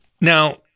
Now